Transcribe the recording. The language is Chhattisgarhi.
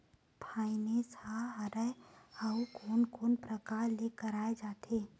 फाइनेंस का हरय आऊ कोन कोन प्रकार ले कराये जाथे?